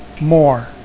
more